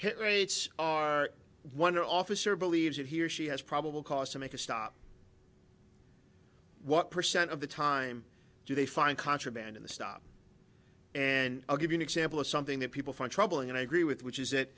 hit rates are one officer believes that he or she has probable cause to make a stop what percent of the time do they find contraband in the stop and i'll give you an example of something that people find troubling and i agree with which is that